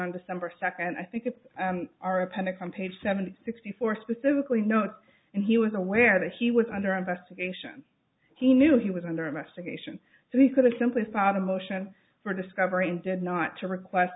on december second i think it's our appendix i'm paid seventy sixty four specifically notes and he was aware that he was under investigation he knew he was under investigation so he could have simply spada motion for discovery and did not to request